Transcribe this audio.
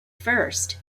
first